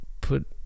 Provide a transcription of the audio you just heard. put